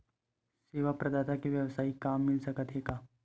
सेवा प्रदाता के वेवसायिक काम मिल सकत हे का?